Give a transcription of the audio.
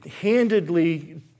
handedly